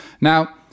Now